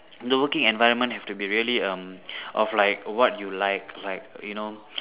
the working environment have to be really um of like what you like like you know